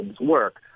work